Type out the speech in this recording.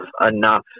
enough